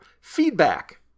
Feedback